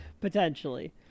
potentially